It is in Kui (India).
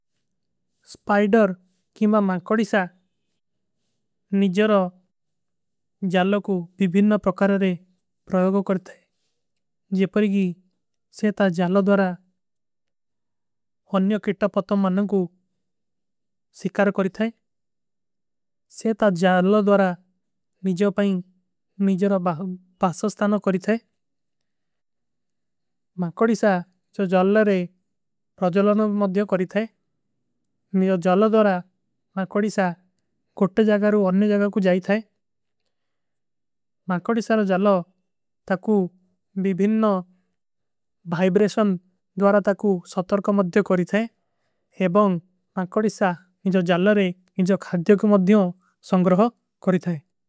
ସ୍ପାଇଡର କୀମା ମାକୋଡିସା ନିଜରୋ ଜାଲୋ କୁ ଵିଭୀନ ପ୍ରକାରରେ ପ୍ରଯାଗୋ। କରିତେ ହୈଂ ଜେପରିଗୀ ସେତା ଜାଲୋ ଦୋରା ହୁନ୍ଯୋ କିଟା ପତୋ ମନନ କୁ ସିକାର। କରିତେ ହୈଂ ସେତା ଜାଲୋ ଦୋରା ନିଜରୋ ପାଇଂଗ ନିଜରୋ ବାସସ୍ତାନୋ କରିତେ ହୈଂ। ମାକୋଡିସା ଜୋ ଜାଲରେ ପ୍ରଜଲନୋ ମଂଦ୍ଯୋ କରିତେ ହୈଂ ନିଜରୋ ଜାଲୋ ଦୋରା। ମାକୋଡିସା କୋଟେ ଜାଗାରୋ ଅନ୍ଯ ଜାଗାର କୁ ଜାଯତେ ହୈଂ ମାକୋଡିସା ଜାଲୋ। ତକୁ ଵିଭୀନ ଵାଇବ୍ରେଶନ ଦୋରା ତକୁ ସତରକ ମଂଦ୍ଯୋ କରିତେ ହୈଂ ଏବାଉନ। ମାକୋଡିସା ଇଜଵ ଜାଲରେ ଇଜଵ ଖାଡ୍ଯୋ କୋ ମଂଦ୍ଯୋ ସଂଗ୍ରହ କରିତେ ହୈଂ।